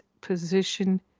position